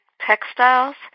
textiles